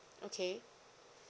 okay